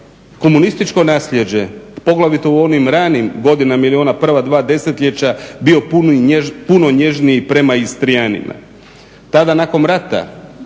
komunističko nasljeđe poglavito u onim ranijim godinama ili u ona prva dva desetljeća bio puno nježniji prema Istrijanima. Tada nakon rata